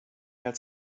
als